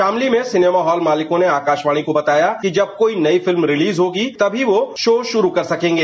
शामली में cinema hall मालिकों ने आकाशवाणी को बताया कि जब कोई नई फिल्म रिलीज होगी तभी वह शो शुरू कर सकेंगे